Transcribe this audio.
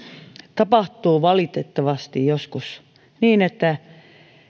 tapahtuu valitettavasti joskus niin että